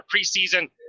preseason